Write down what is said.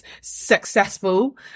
successful